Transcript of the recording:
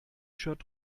shirt